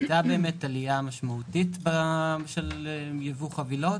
בשנת 2020 הייתה עלייה משמעותית של ייבוא חבילות,